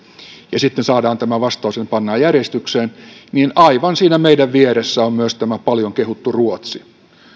ja sitten saadaan tämä vastaus ja pannaan järjestykseen aivan siinä meidän vieressä on myös tämä paljon kehuttu ruotsi